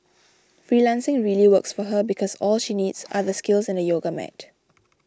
freelancing really works for her because all she needs are the skills and a yoga mat